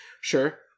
Sure